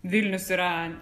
vilnius yra